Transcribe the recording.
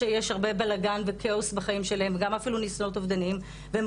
שיש הרבה בלגן וכאוס בחיים שלהם וגם אפילו ניסיונות אובדניים והם